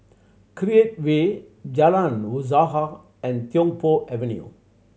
Create Way Jalan Usaha and Tiong Poh Avenue